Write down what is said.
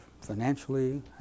financially